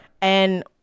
And-